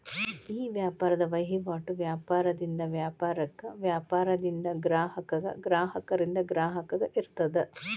ಈ ವ್ಯಾಪಾರದ್ ವಹಿವಾಟು ವ್ಯಾಪಾರದಿಂದ ವ್ಯಾಪಾರಕ್ಕ, ವ್ಯಾಪಾರದಿಂದ ಗ್ರಾಹಕಗ, ಗ್ರಾಹಕರಿಂದ ಗ್ರಾಹಕಗ ಇರ್ತದ